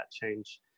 change